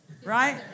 right